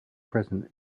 present